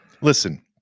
listen